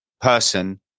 person